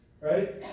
right